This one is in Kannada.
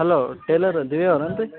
ಹಲೋ ಟೇಲರ್ ದಿವ್ಯ ಅವ್ರು ಏನು ರೀ